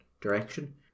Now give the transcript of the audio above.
direction